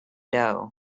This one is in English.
doe